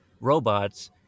robots